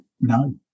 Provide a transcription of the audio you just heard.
no